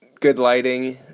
good lighting.